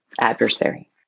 adversary